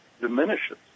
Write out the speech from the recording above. diminishes